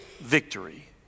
victory